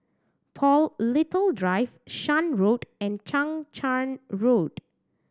Paul Little Drive Shan Road and Chang Charn Road